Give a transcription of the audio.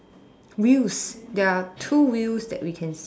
wheels there are two wheels that we can see